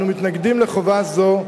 אנו מתנגדים לחובה זו,